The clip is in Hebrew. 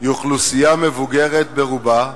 היא אוכלוסייה מבוגרת ברובה,